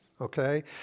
okay